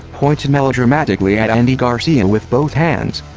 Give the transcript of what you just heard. pointed melodramatically at andy garcia and with both hands.